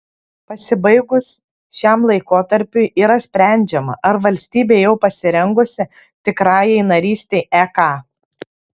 pasibaigus šiam laikotarpiui yra sprendžiama ar valstybė jau pasirengusi tikrajai narystei eka